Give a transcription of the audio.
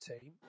team